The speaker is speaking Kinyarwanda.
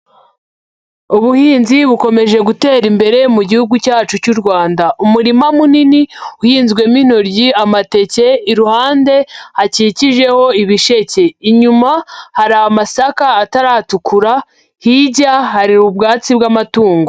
Ubuhinzi bukomeje gutera imbere mu gihugu cyacu cy'u Rwanda, umurima munini uhinzwemo intoryi, amateke iruhande hakikijeho ibisheke, inyuma hari amasaka ataratukura hirya hari ubwatsi bw'amatungo.